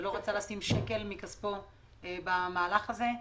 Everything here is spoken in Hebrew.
שלא רצה לשים שקל מכספו במהלך הזה.